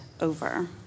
over